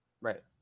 right